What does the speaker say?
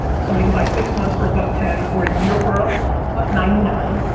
somebody could buy six months for a buck ten, or a year for ah ah ninety nine.